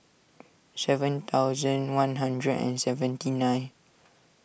seven thousand one hundred and seventy nine